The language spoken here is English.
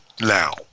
now